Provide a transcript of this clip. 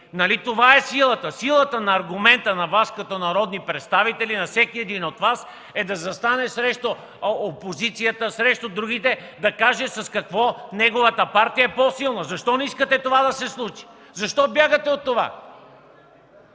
Нали силата е в аргумента, силата на Вас като народни представители, на всеки един от Вас, е да застане срещу опозицията, срещу другите, да каже с какво неговата партия е по-силна. Защо не искате това да се случи? Защо бягате от това?